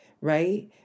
right